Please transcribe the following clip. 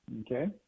Okay